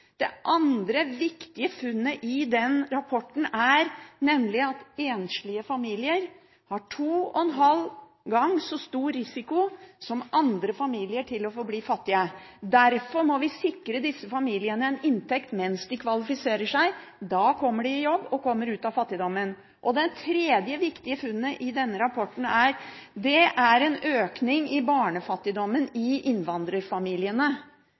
Det andre viktige funnet i rapporten er at enslige familier har to og en halv gang så stor risiko som andre familier til å forbli fattige. Derfor må vi sikre disse familiene en inntekt mens de kvalifiserer seg. Da kommer de i jobb og ut av fattigdommen. Det tredje viktige funnet i denne rapporten er at det er en økning i barnefattigdommen i innvandrerfamiliene.